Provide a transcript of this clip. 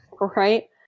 right